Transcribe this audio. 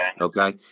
Okay